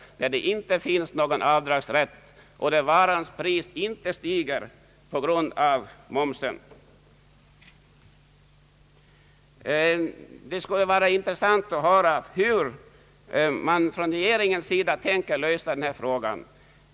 Där finns det inte någon avdragsrätt, och där stiger varans pris på grund av momsen. Det vore intressant att höra hur man från regeringens sida tänker lösa denna fråga.